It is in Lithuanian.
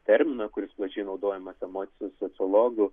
terminą kuris plačiai naudojamas emocijų sociologų